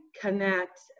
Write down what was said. connect